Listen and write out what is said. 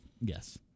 Yes